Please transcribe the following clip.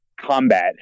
combat